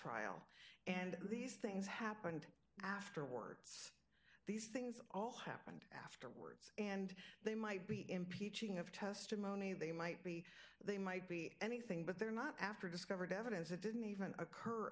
trial and these things happened afterwards these things all happened and words and they might be impeaching of testimony they might be they might be anything but they're not after discovered evidence that didn't even occur